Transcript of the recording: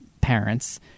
parents